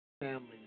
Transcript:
family